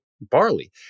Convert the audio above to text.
barley